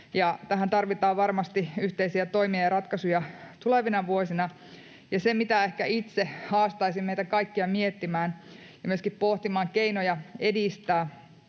Tähän tarvitaan varmasti yhteisiä toimia ja ratkaisuja tulevina vuosina. Mitä ehkä itse haastaisin meitä kaikkia miettimään ja myöskin pohtimaan keinoja edistää